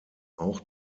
auch